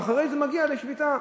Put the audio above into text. ואחרי זה מגיעים לשביתה.